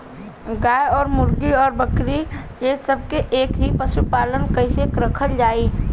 गाय और मुर्गी और बकरी ये सब के एक ही पशुपालन में कइसे रखल जाई?